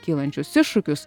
kylančius iššūkius